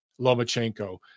Lomachenko